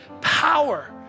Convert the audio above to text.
power